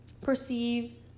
Perceive